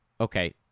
Okay